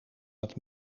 het